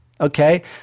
Okay